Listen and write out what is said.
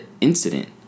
incident